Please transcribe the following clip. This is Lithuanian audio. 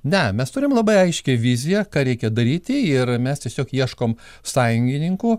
ne mes turim labai aiškią viziją ką reikia daryti ir mes tiesiog ieškome sąjungininkų